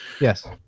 Yes